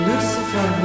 Lucifer